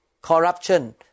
corruption